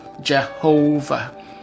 Jehovah